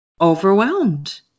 overwhelmed